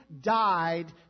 died